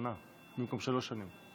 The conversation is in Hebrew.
שנה במקום שלוש שנים?